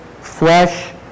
flesh